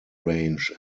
range